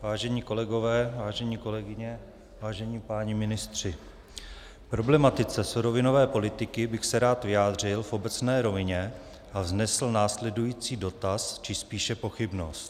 Vážení kolegové, vážené kolegyně, vážení páni ministři, k problematice surovinové politiky bych se rád vyjádřil v obecné rovině a vznesl následující dotaz či spíše pochybnost.